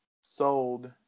sold